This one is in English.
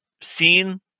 seen